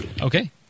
Okay